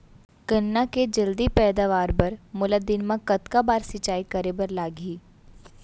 गन्ना के जलदी पैदावार बर, मोला दिन मा कतका बार सिंचाई करे बर लागही?